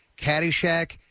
Caddyshack